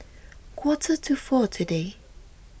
quarter to four today